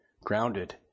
grounded